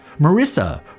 Marissa